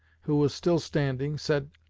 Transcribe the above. who was still standing, said,